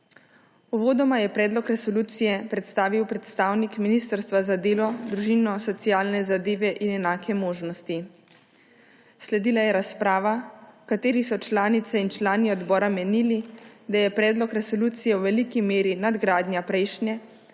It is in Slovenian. Uvodoma je predlog resolucije predstavil predstavnik Ministrstva za delo, družino, socialne zadeve in enake možnosti. Sledila je razprava, v kateri so članice in člani odbora menili, da je predlog resolucije v veliki meri nadgradnja prejšnje,